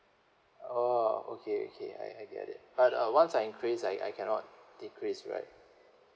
oh okay okay I get it but uh once I increase I I cannot decrease right